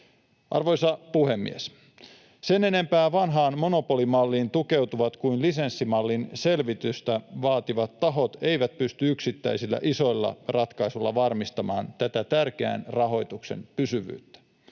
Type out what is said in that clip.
Arvoisa puhemies! Sen enempää vanhaan monopolimalliin tukeutuvat kuin lisenssimallin selvitystä vaativat tahot eivät pysty yksittäisillä isoilla ratkaisuilla varmistamaan tätä tärkeän rahoituksen pysyvyyttä.